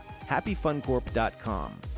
HappyFunCorp.com